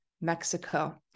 Mexico